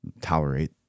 tolerate